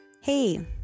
Hey